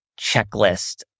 checklist